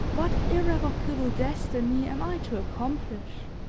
what irrevocable destiny am i to accomplish?